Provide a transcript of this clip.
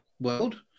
world